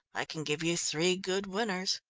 i can give you three good winners.